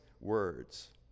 words